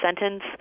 sentence